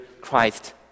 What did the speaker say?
Christ